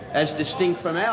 as distinct from our